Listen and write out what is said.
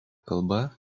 kalba